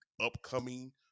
upcoming